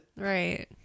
Right